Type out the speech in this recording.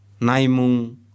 naimung